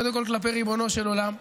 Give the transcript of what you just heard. קודם כול כלפי ריבונו של עולם,